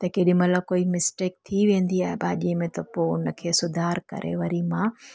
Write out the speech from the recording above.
त केॾी महिल कोई मिस्टेक थी वेंदी आहे भाॼीअ में त पोइ उनखे सुधार करे वरी मां